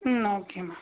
ம் ஓக்கேம்மா